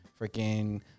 freaking